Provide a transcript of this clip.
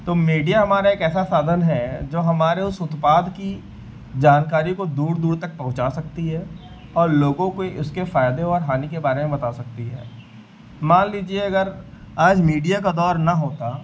तो मीडिया हमारा एक ऐसा साधन है जो हमारे उस उत्पाद की जानकारी को दूर दूर तक पहुँचा सकता है और लोगों को उसके फ़ायदे और हानि के बारे में बता सकता है मान लीजिए अगर आज मीडिया का दौर न होता